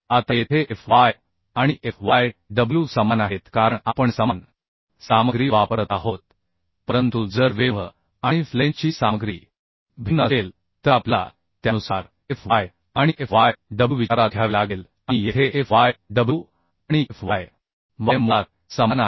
आता येथे Fy आणिFyw समान आहेत कारण आपण समान सामग्री वापरत आहोत परंतु जर वेव्ह आणि फ्लेंजची सामग्री भिन्न असेल तर आपल्याला त्यानुसार Fyआणि Fyw विचारात घ्यावे लागेल आणि येथे Fyw आणि Fy वाय मुळात समान आहेत